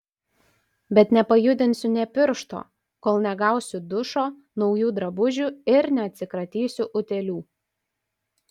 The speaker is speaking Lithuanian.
bet nepajudinsiu nė piršto kol negausiu dušo naujų drabužių ir neatsikratysiu utėlių